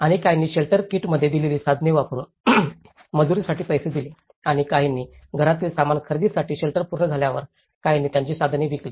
आणि काहींनी शेल्टर किटमध्ये दिलेली साधने वापरुन मजुरीसाठी पैसे दिले आणि काहींनी घरातील सामान खरेदीसाठी शेल्टर पूर्ण झाल्यावर काहींनी त्यांची साधने विकली